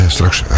Straks